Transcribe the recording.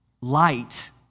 light